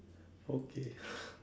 okay